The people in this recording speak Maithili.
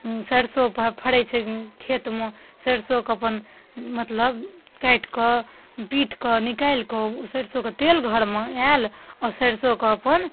सरीसो फरै छै खेतमे सरीसोके अपन मतलब काटि कऽ पीट कऽ निकालि कऽ ओ सरीसोके तेल घरमे आयल आ सरीसोके अपन